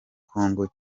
congo